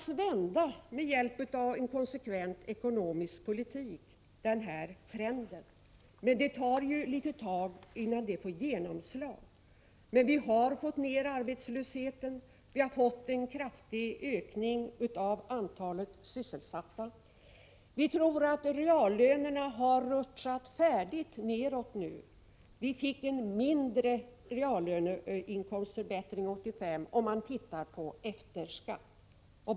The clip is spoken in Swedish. Nu har vi, med hjälp av en konsekvent ekonomisk politik, lyckats vända den här trenden, men det tar ju ett litet tag innan detta får genomslag. Vi har emellertid fått ned arbetslösheten, vi har fått till stånd en kraftig ökning av antalet sysselsatta. Vi tror att reallönerna har rutschat färdigt neråt nu — det blev en viss reallöneförbättring 1985, om man ser till inkomsten efter skatt.